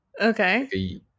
Okay